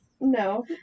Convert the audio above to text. No